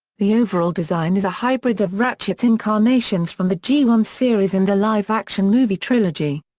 the overall design is a hybrid of ratchet's incarnations from the g one series and the live-action movie trilogy.